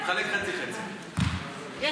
תסיים מהר.